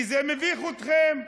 כי זה מביך אתכם.